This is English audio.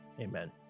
Amen